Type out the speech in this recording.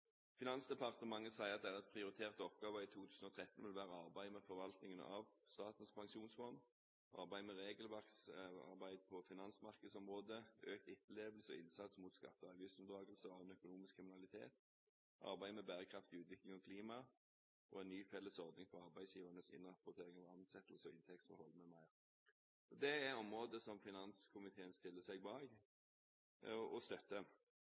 Finansdepartementet sier at deres prioriterte oppgave i 2013 vil være å arbeide med forvaltningen av Statens pensjonsfond, arbeide med regelverk på finansmarkedsområdet, økt etterlevelse og innsats mot skatte- og avgiftsunndragelser og annen økonomisk kriminalitet, arbeid med bærekraftig utvikling og klima, og en ny felles ordning for arbeidsgivernes innrapportering av ansettelses- og inntektsforhold m.m. Det er områder som finanskomiteen stiller seg bak og